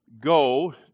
go